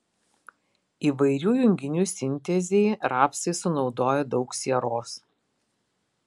įvairių junginių sintezei rapsai sunaudoja daug sieros